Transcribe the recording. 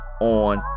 on